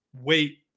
wait